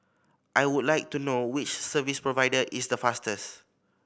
I would like to know which service provider is the fastest